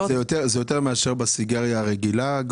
יותר מאשר הסיגריה הרגילה?